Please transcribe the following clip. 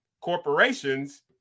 corporations